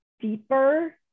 deeper